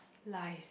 lies